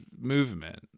movement